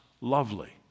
lovely